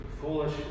foolish